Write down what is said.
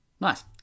Nice